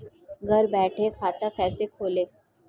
घर बैठे खाता कैसे खोलें?